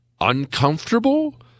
uncomfortable